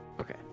Okay